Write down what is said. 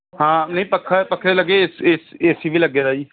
ਹਾਂ ਨਹੀਂ ਪੱਖਾ ਪੱਖੇ ਲੱਗੇ ਏਸ ਏਸ ਏ ਸੀ ਵੀ ਲੱਗਿਆ ਹੋਇਆ ਜੀ